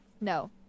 No